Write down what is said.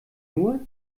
nur